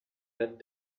that